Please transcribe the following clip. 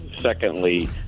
Secondly